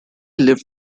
lived